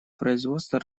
производство